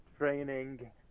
Training